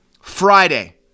Friday